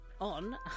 on